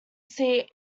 seat